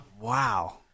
Wow